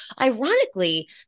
ironically